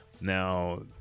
Now